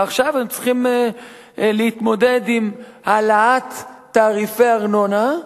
ועכשיו הם צריכים להתמודד עם העלאת תעריפי הארנונה,